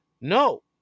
no